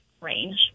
range